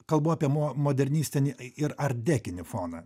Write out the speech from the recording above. kalbu apie modernistinį ir artdėkinį foną